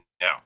now